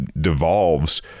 devolves